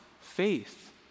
faith